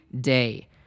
Day